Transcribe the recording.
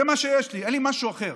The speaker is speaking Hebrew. זה מה שיש לי, אין לי משהו אחר.